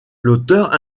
l’auteur